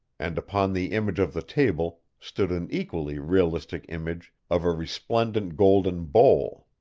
and upon the image of the table stood an equally realistic image of a resplendent golden bowl.